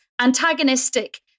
antagonistic